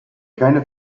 keine